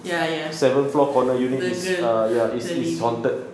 ya ya the girl the lift